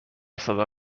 صدا